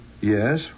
Yes